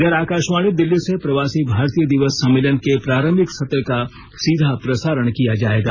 इधर आकाशवाणी दिल्ली से प्रवासी भारतीय दिवस सम्मेलन के प्रारंभिक सत्र का सीधा प्रसारण किया जाएगा